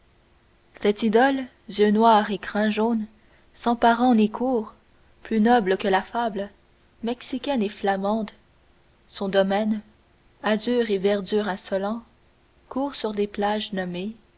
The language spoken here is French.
cette idole yeux noirs et crin jaune sans parents ni cour plus noble que la fable mexicaine et flamande son domaine azur et verdure insolents court sur des plages nommées